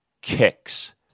kicks